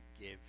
give